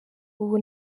ubu